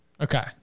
Okay